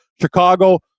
Chicago